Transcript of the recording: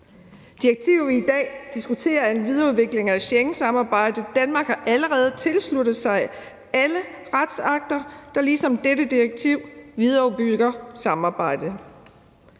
Direktivet, vi i dag diskuterer, er en videreudvikling af Schengensamarbejdet. Danmark har allerede tilsluttet sig alle retsakter, der ligesom dette direktiv videreudbygger samarbejdet.